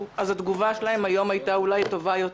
אז התגובה שלהם היום הייתה אולי טובה יותר.